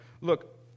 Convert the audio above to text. Look